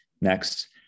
Next